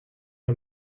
you